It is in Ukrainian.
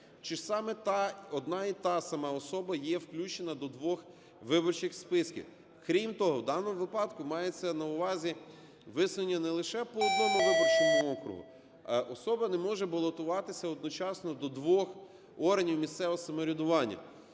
чи саме та, одна і та сама особа є включена до двох виборчих списків. Крім того, в даному випадку мається на увазі висунення не лише по одному виборчому округу. Особа не може балотуватися одночасно до двох органів місцевого самоврядування.